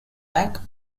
back